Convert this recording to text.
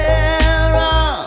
Sarah